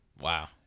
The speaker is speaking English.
Wow